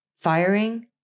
firing